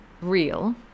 real